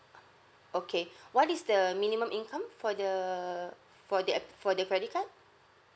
uh okay what is the minimum income for the for the a~ for the credit card